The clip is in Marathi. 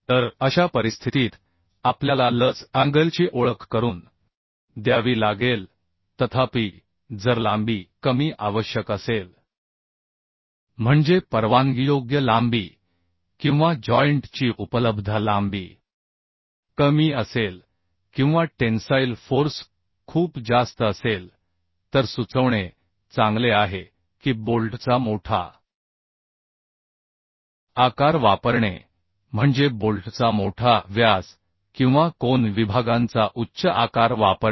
तर अशा परिस्थितीत आपल्याला लज अँगलची ओळख करून द्यावी लागेल तथापि जर लांबी कमी आवश्यक असेल म्हणजे परवानगीयोग्य लांबी किंवा जॉईंट ची उपलब्ध लांबी कमी असेल किंवा टेन्साईल फोर्स खूप जास्त असेल तर सुचवणे चांगले आहे की बोल्टचा मोठा आकार वापरणे म्हणजे बोल्टचा मोठा व्यास किंवा कोन विभागांचा उच्च आकार वापरणे